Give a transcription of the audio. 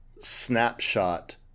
snapshot